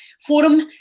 forum